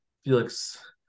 Felix